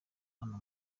hano